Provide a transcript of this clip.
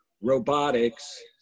Robotics